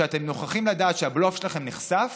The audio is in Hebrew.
שאתם נוכחים לדעת שהבלוף שלכם נחשף